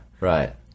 Right